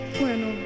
Bueno